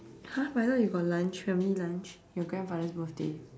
!huh! but I thought you got lunch family lunch your grandfather's birthday